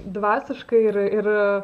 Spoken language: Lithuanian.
dvasiškai ir ir